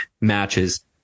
matches